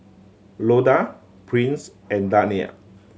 Loda Prince and Dania